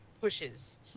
pushes